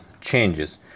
changes